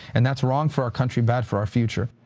and that's wrong for our country, bad for our future.